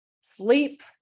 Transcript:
Sleep